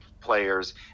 players